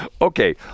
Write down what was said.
Okay